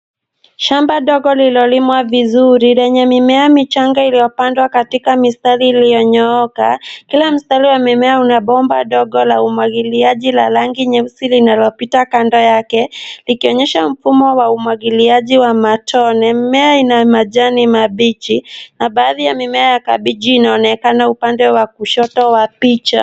Shamba dogo lilolimwa vizuri, lenye mimea michanga iliyopandwa katika mistari iliyonyooka. Kila mstari wa mimea una bomba dogo la umwagiliaji la rangi nyeusi linalopita kando yake, likionyesha mfumo wa umwagiliaji wa matone. Mimea ina majani mabichi, na baadhi ya mimea ya kabichi inaonekana upande wa kushoto wa picha.